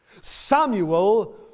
Samuel